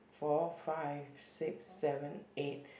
four five six seven eight